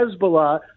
Hezbollah